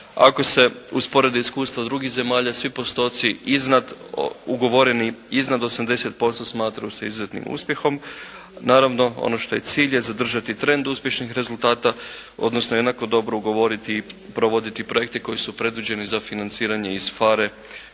Ako se usporedi iskustvo drugih zemalja svih postoci iznad ugovorenih, iznad 80% smatraju se izuzetnim uspjehom. Naravno, ono što je cilj je zadržati trend uspješnih rezultata, odnosno jednako dobro ugovoriti i provoditi projekte koji su predviđeni za financiranje iz PHARE